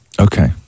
Okay